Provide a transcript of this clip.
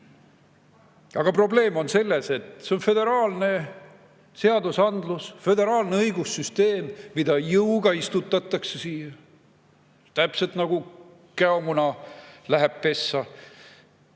Aga probleem on selles, et see on föderaalne seadusandlus, föderaalne õigussüsteem, mida jõuga istutatakse siia. Täpselt nagu käomuna läheb pessa.